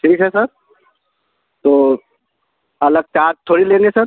ठीक है सर तो अलग चार्ज थोड़ी लेंगे सर